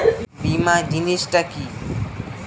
বীমা জিনিস টা কি?